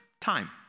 time